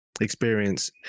experience